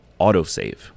autosave